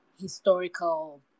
historical